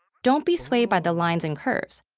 don't be swayed by the lines and curves.